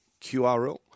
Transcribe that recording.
QRL